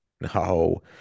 No